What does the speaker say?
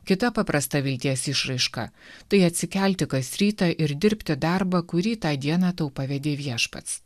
kita paprasta vilties išraiška tai atsikelti kas rytą ir dirbti darbą kurį tą dieną tau pavedė viešpats